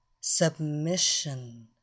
Submission